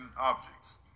objects